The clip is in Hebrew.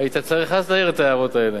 היית צריך אז להעיר את הערות האלה.